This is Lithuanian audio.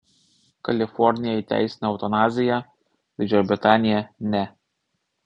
kalifornija įteisino eutanaziją didžioji britanija ne